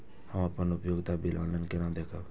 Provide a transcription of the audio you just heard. हम अपन उपयोगिता बिल ऑनलाइन केना देखब?